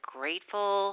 grateful